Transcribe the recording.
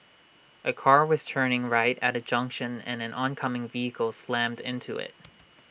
A car was turning right at A junction and an oncoming vehicle slammed into IT